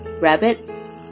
rabbits